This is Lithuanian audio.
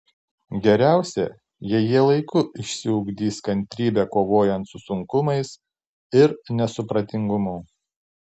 geriausia jei jie laiku išsiugdys kantrybę kovojant su sunkumais ir nesupratingumu